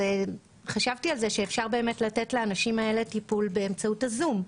חשבתי על זה שאפשר לתת לאותם אנשים טיפול באמצעות הזום.